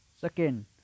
second